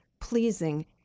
pleasing